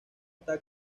está